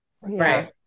right